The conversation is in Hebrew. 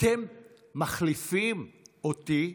אתם מחליפים אותי,